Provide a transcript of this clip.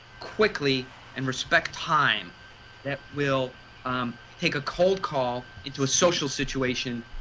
quickly and respect time that will take cold call into a social situation,